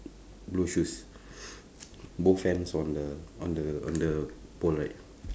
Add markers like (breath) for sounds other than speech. blue shoes (breath) (noise) both hands on the on the on the pole right